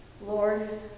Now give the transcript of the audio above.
Lord